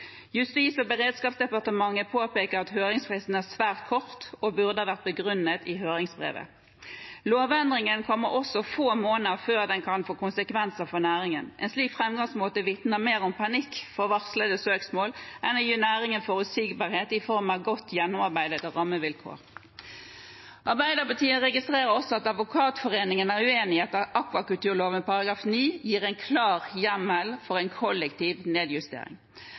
Justis- og beredskapsdepartementet påpeker at høringsfristen er svært kort og burde ha vært begrunnet i høringsbrevet. Lovendringen kommer også få måneder før den kan få konsekvenser for næringen. En slik framgangsmåte vitner mer om panikk for varslede søksmål enn om å gi næringen forutsigbarhet i form av godt gjennomarbeidede rammevilkår. Arbeiderpartiet registrerer også at Advokatforeningen er uenig i at akvakulturloven § 9 gir en klar hjemmel for en kollektiv nedjustering.